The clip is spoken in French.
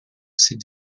s’est